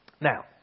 Now